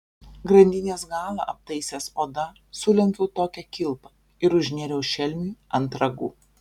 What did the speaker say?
grandinės galą aptaisęs oda sulenkiau tokią kilpą ir užnėriau šelmiui ant ragų